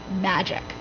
magic